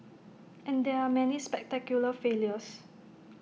and there are many spectacular failures